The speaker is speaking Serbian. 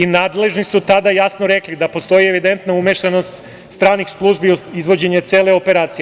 Nadležni su tada rekli da postoji evidentna umešanost stranih službi u izvođenju cele operacije.